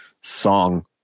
song